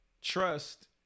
trust